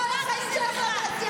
מה את עשית בכלל, כל החיים שלך לא תעשי.